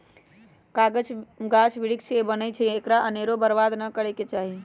कागज गाछ वृक्ष से बनै छइ एकरा अनेरो बर्बाद नऽ करे के चाहि